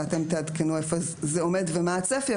זה אתם תעדכנו איפה זה עומד ומה הצפי.